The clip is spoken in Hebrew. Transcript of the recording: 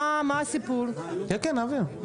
אם כך, ההצעה עברה ותועבר לקריאה ראשונה.